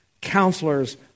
counselor's